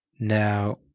Now